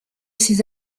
ses